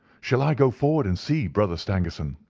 shall i go forward and see, brother stangerson,